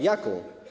Jaką?